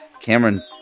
Cameron